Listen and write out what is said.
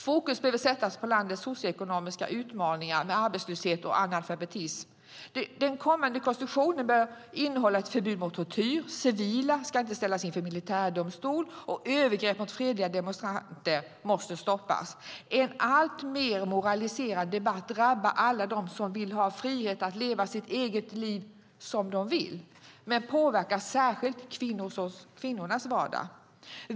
Fokus behöver sättas på landets socioekonomiska utmaningar med arbetslöshet och analfabetism. Den kommande konstitutionen bör innehålla ett förbud mot tortyr. Civila ska inte ställas inför militärdomstol, och övergrepp mot fredliga demonstranter måste stoppas. En alltmer moraliserande debatt drabbar alla dem som vill ha friheten att leva sina liv som de vill, men den påverkar särskilt kvinnornas vardag.